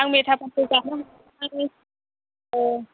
आं मिथापानखौ जाहैनोसै औ